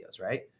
right